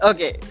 Okay